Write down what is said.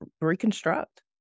reconstruct